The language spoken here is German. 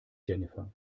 jennifer